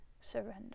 surrender